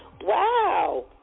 Wow